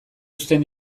uzten